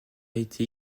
été